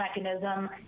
mechanism